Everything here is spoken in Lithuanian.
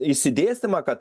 išsidėstymą kad